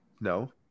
No